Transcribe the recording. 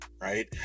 right